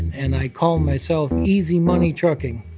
and i called myself easy money trucking.